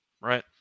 right